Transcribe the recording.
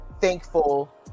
thankful